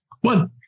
One